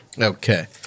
Okay